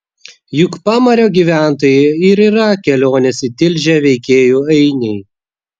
juk pamario gyventojai ir yra kelionės į tilžę veikėjų ainiai